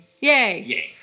Yay